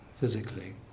physically